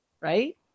right